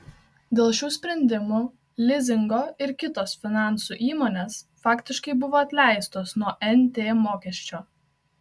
dėl šių sprendimų lizingo ir kitos finansų įmonės faktiškai buvo atleistos nuo nt mokesčio